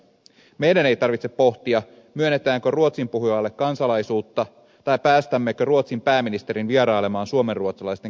meidän ei tarvitse pohtia myönnetäänkö ruotsin puhujalle kansalaisuutta tai päästämmekö ruotsin pääministerin vierailemaan suomenruotsalaisten kesäjuhlilla